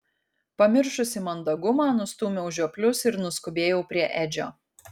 pamiršusi mandagumą nustūmiau žioplius ir nuskubėjau prie edžio